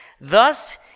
Thus